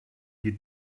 you